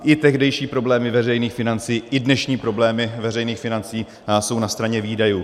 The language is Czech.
I tehdejší problémy veřejných financí, i dnešní problémy veřejných financí jsou na straně výdajů.